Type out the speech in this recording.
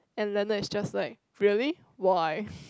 and Leonard is just like really why